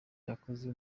yakoze